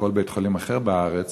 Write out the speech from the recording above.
או כל בית-חולים אחר בארץ,